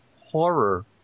horror